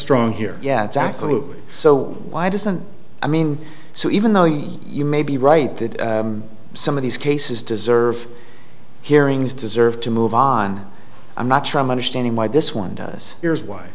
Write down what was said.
strong here yeah exactly so why doesn't i mean so even though you may be right that some of these cases deserve hearings deserve to move on i'm not sure i'm understanding why this one does here's why